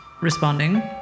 responding